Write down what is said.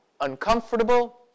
uncomfortable